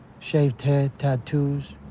shaved head. tattoos.